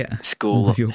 school